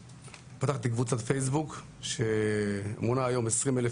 פתחתי קבוצת פייסבוק שמונה היום 20 אלף